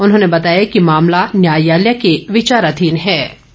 उन्होंने बताया कि मामला न्यायालय के विचाराधीन चल रहा है